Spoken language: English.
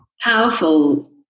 powerful